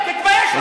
וחרפה.